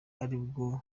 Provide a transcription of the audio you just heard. aribwo